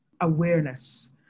awareness